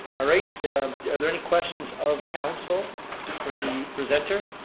alright are there any questions of council for the presenter?